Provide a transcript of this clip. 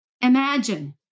Imagine